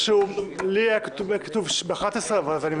לי היה כתוב 11:00 אז אני מתנצל.